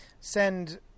send